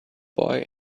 boy